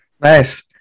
Nice